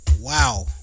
Wow